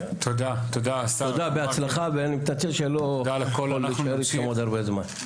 תודה ובהצלחה ואני מתנצל שאני לא יכול להישאר אתכם עוד הרבה זמן.